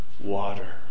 water